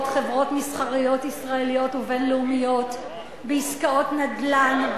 חברות מסחריות ישראליות ובין-לאומיות בעסקאות נדל"ן,